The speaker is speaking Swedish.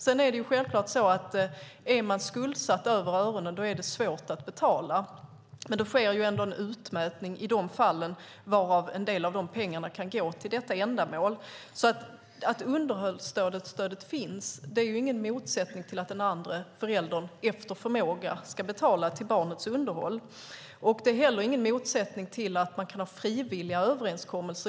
Sedan är det självklart så att är man skuldsatt över öronen är det svårt att betala. Det sker ändå en utmätning i de fallen, och en del av de pengarna kan gå till detta ändamål. Att underhållsstödet finns är ju ingen motsättning till att den andre föräldern efter förmåga ska betala till barnets underhåll. Det är heller ingen motsättning till att man kan ha frivilliga överenskommelser.